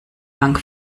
bank